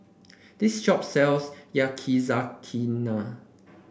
this shop sells Yakizakana